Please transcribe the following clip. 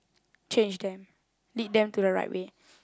change them lead them to the right way